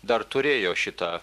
dar turėjo šitą